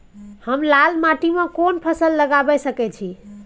हम लाल माटी में कोन फसल लगाबै सकेत छी?